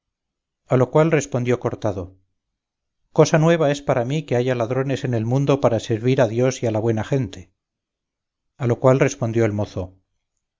a lo cual respondió cortado cosa nueva es para mí que haya ladrones en el mundo para servir a dios y a la buena gente a lo cual respondió el mozo